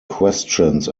questions